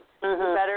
better